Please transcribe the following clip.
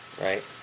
Right